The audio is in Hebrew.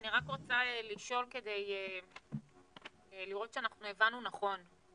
אני רק רוצה לשאול כדי לראות שאנחנו הבנו נכון.